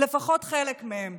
לפחות חלק מהם.